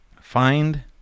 Find